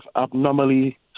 abnormally